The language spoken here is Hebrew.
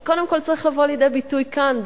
זה קודם כול צריך לבוא לידי ביטוי כאן,